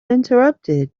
interrupted